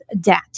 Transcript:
debt